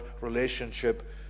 relationship